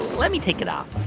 let me take it off